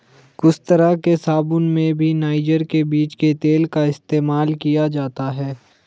कुछ तरह के साबून में भी नाइजर के बीज के तेल का इस्तेमाल किया जाता है